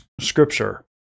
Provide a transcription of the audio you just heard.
scripture